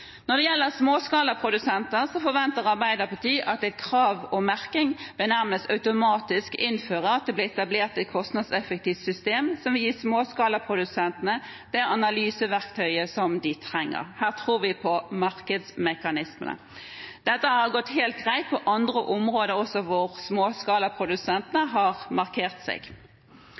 Når det gjelder småskalaprodusenter, forventer Arbeiderpartiet at et krav om merking nærmest automatisk vil føre til at det blir etablert et kostnadseffektivt system som vil gi småskalaprodusentene det analyseverktøyet som de trenger. Her tror vi på markedsmekanismene. Dette har gått helt greit på andre områder hvor småskalaprodusentene